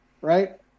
right